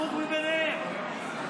הנמוך מביניהם.